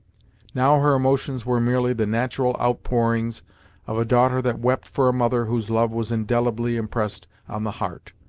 now her emotions were merely the natural outpourings of a daughter that wept for a mother whose love was indelibly impressed on the heart,